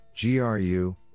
GRU